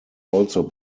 also